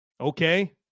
Okay